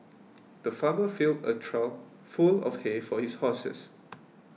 the farmer filled a trough full of hay for his horses